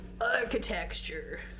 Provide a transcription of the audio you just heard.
Architecture